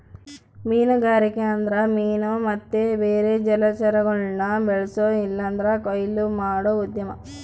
ಮೀನುಗಾರಿಕೆ ಅಂದ್ರ ಮೀನು ಮತ್ತೆ ಬೇರೆ ಜಲಚರಗುಳ್ನ ಬೆಳ್ಸೋ ಇಲ್ಲಂದ್ರ ಕೊಯ್ಲು ಮಾಡೋ ಉದ್ಯಮ